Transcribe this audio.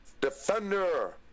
Defender